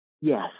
Yes